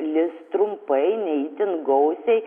lis trumpai ne itin gausiai